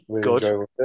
Good